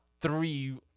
three